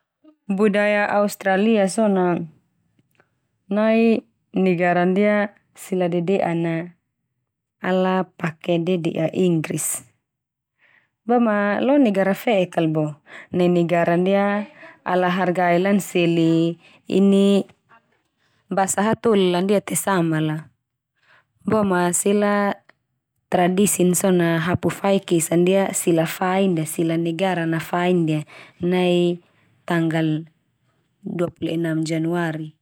Budaya Australia so na nai negara ndia sila dede'an na ala pake dedea Inggris. Bo ma lo negara fe'ek kal bo, nai negara ndia ala hargai lan seli ini, basa hatoli la ndia te sama la bo ma sila tradisin so na hapu faik esa ndia sila fain ndia sila negara na fain ndia nai tanggal dua puluh enam Januari.